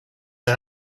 her